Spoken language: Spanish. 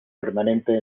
permanente